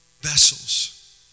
vessels